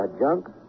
junk